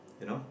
you know